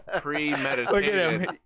premeditated